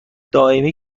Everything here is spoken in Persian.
دائمی